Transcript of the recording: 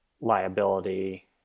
liability